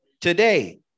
today